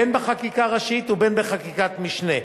בין בחקיקה ראשית ובין בחקיקת משנה.